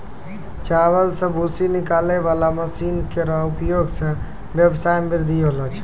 चावल सें भूसी निकालै वाला मसीन केरो उपयोग सें ब्यबसाय म बृद्धि होलो छै